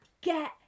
get